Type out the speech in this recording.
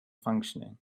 functioning